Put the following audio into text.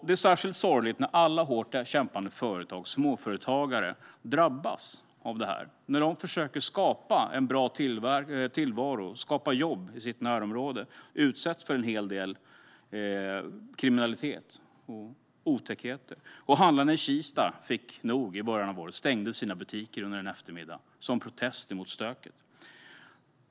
Det är särskilt sorgligt när alla hårt kämpande småföretagare drabbas av detta; de försöker skapa en bra tillvaro och jobb i sitt närområde och utsätts för en hel del kriminalitet och otäckheter. Handlarna i Kista fick nog i början av året och stängde sina butiker under en eftermiddag, som protest mot stöket.